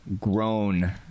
grown